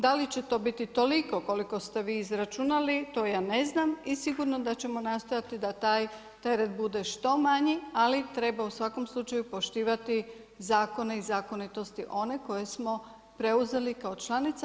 Da li će to biti toliko koliko ste vi izračunali to ja ne znam i sigurno da ćemo nastojati da taj red bude što manji, ali treba u svakom slučaju poštivati zakone i zakonitosti one koje smo preuzeli kao članica.